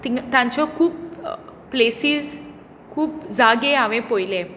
तांच्यो खूब प्लेसिस खूब जागे हांवें पळयले